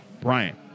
brian